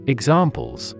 Examples